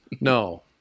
No